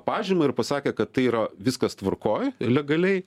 pažymą ir pasakė kad tai yra viskas tvarkoj legaliai